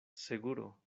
seguro